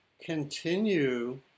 continue